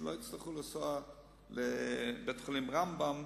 שלא יצטרכו לנסוע רחוק לבית-החולים "רמב"ם"